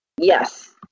Yes